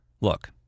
Look